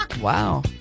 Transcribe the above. Wow